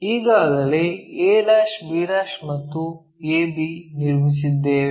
ಈಗಾಗಲೇ a b ಮತ್ತು ab ನಿರ್ಮಿಸಿದ್ದೇವೆ